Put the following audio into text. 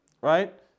Right